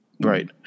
right